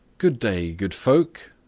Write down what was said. good day, good folk!